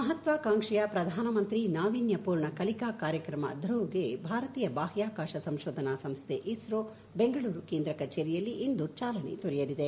ಮಹತ್ವಾಕಾಂಕ್ಷಿಯ ಪ್ರಧಾನಮಂತ್ರಿ ನಾವೀನ್ಯ ಪೂರ್ಣ ಕಲಿಕಾ ಕಾರ್ಯಕ್ರಮ ಧ್ರುವಕ್ಕೆ ಭಾರತೀಯ ಬಾಹ್ಯಾಕಾಶ ಸಂಶೋಧನಾ ಸಂಸ್ಥೆ ಇಸ್ರೋ ಬೆಂಗಳೂರು ಕೇಂದ್ರ ಕಚೇರಿಯಲ್ಲಿ ಇಂದು ಚಾಲನೆ ದೊರೆಯಲಿದೆ